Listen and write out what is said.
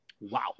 Wow